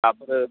ତା'ପରେ